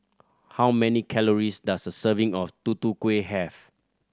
how many calories does a serving of Tutu Kueh have